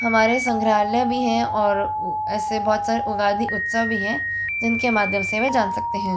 हमारे संग्रहालय भी हैं और ऐसे बहुत सारे उगादि उत्सव भी हैं जिनके माध्यम से वे जान सकते हैं